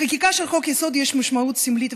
לחקיקה של חוק-יסוד יש משמעות סמלית וחינוכית,